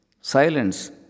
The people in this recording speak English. Silence